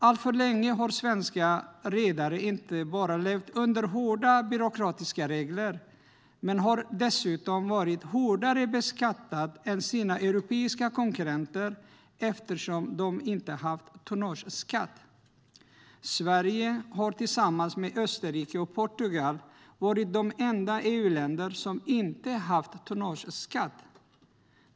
Alltför länge har svenska redare inte bara levt under hårda byråkratiska regler, utan man har dessutom varit hårdare beskattade än sina europeiska konkurrenter, eftersom konkurrenterna har haft tonnageskatt. Sverige har tillsammans med Österrike och Portugal varit de enda EU-länder som inte haft tonnageskatt.